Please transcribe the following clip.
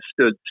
stood